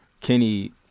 Kenny